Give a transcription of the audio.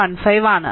15 ആണ്